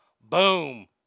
Boom